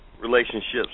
relationships